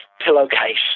pillowcase